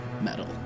Metal